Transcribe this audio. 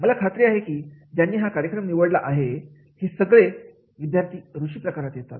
मला खात्री आहे की ज्यांनी हा कार्यक्रम निवडला आहे आहे हे असे सगळे विद्यार्थी ऋषी प्रकारात येतात